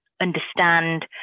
understand